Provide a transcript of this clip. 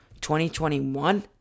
2021